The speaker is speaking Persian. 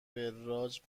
وراج